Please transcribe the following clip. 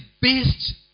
based